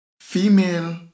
Female